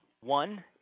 one